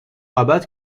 ابد